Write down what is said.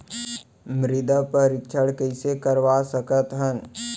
मृदा परीक्षण कइसे करवा सकत हन?